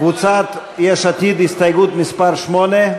קבוצת יש עתיד, הסתייגות מס' 8?